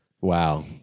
Wow